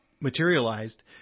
materialized